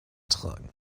tragen